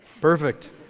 Perfect